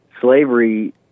slavery